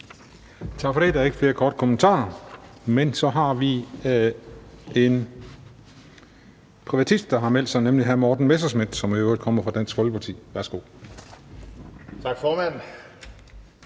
Tak for det. Der er ikke flere korte bemærkninger, men så har vi en privatist, der har meldt sig, nemlig hr. Morten Messerschmidt, som i øvrigt kommer fra Dansk Folkeparti. Værsgo. Kl.